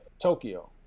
tokyo